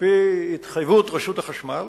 בהתחייבות רשות החשמל,